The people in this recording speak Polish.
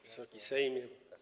Wysoki Sejmie!